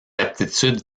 aptitudes